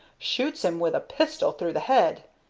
shoots him with a pistol through the head,